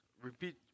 Repeat